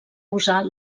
usar